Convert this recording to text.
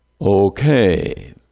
Okay